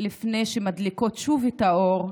לפני שמדליקות שוב את האור,